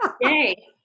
Yay